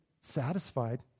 satisfied